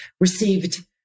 received